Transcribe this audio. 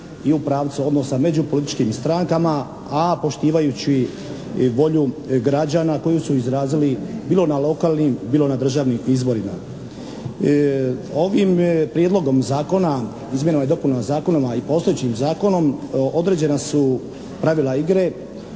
i u pravcu odnosa među političkim strankama, a poštivajući i volju građana koji su izrazili bilo na lokalnim, bilo na državnim izborima. Ovim prijedlogom zakona, izmjenama i dopunama zakona i postojećim zakonom, određena su pravila igre